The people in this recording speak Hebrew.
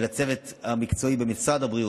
ולצוות המקצועי במשרד הבריאות,